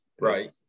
right